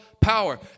power